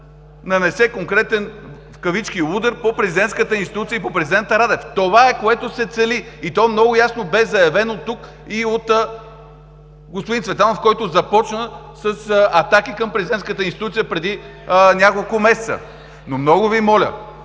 нанесе конкретен удар по президентската институция и по президента Радев. Това е, което се цели! И то много ясно бе заявено тук и от господин Цветанов, който започна с атаки към президентската институция преди няколко месеца. Но много Ви моля,